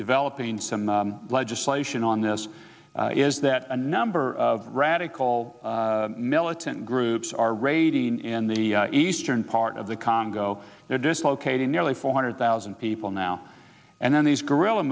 developing some legislation on this is that a number of radical militant groups are raiding in the eastern part of the congo they're dislocating nearly four hundred thousand people now and then these guerrilla